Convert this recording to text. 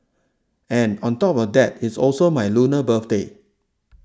and on top of that it also my Lunar birthday